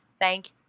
Thank